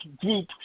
group